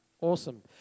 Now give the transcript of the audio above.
Awesome